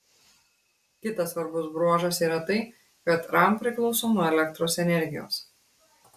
kitas svarbus bruožas yra tai kad ram priklauso nuo elektros energijos